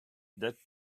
that